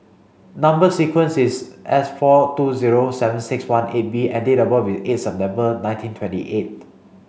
number sequence is S four two zero seven six one eight B and date of birth is eight September nineteen twenty eight